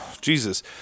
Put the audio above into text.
Jesus